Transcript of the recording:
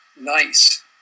nice